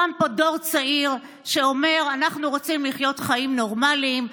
קם פה דור צעיר שאומר: אנחנו רוצים לחיות חיים נורמליים,